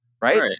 right